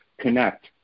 connect